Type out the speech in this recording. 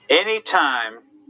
Anytime